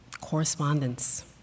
correspondence